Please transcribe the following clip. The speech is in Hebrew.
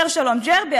שר-שלום ג'רבי,